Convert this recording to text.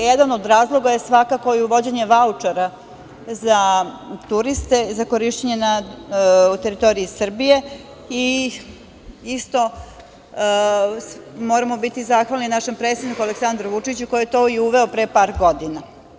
Jedan od razloga je svakako uvođenje vaučera za turiste za korišćenje na teritoriji Srbije i isto moramo biti zahvalni našem predsedniku Aleksandru Vučiću koji je to i uveo pre par godina.